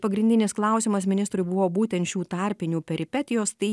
pagrindinis klausimas ministrui buvo būtent šių tarpinių peripetijos tai